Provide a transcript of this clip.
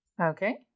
Okay